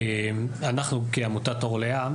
אנחנו כעמותת 'אור לאה',